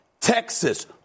Texas